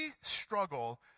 struggle